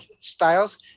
styles